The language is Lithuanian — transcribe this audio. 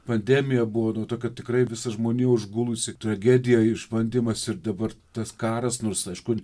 pandemija buvo nu tokia tikrai visą žmoniją užgulusi tragedija išbandymas ir dabar tas karas nors aišku